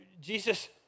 Jesus